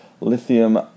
lithium